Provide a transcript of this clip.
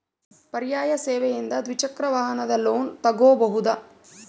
ಪರ್ಯಾಯ ಸೇವೆಯಿಂದ ದ್ವಿಚಕ್ರ ವಾಹನದ ಲೋನ್ ತಗೋಬಹುದಾ?